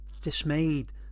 dismayed